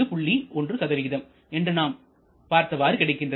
1 என்று நாம் பார்த்தவாறு கிடைக்கிறது